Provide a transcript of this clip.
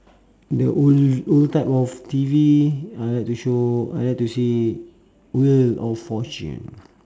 the old old type of T_V I like to show I like to see wheel of fortune